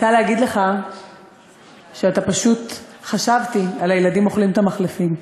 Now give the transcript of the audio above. אני רוצה להגיד לך שחשבתי על הילדים אוכלים את המחלפים כשדיברת.